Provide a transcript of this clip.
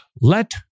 Let